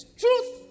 truth